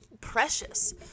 precious